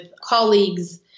colleagues